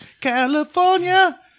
California